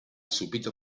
subito